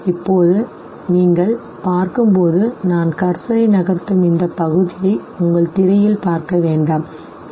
இப்போது நீங்கள் இங்கே பார்க்கும்போது நான் கர்சரை நகர்த்தும் இந்த பகுதியை உங்கள் திரையில் பார்க்க வேண்டாம் சரி